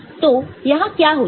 तो यहां क्या होता है